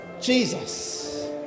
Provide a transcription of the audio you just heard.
Jesus